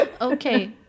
okay